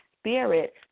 spirit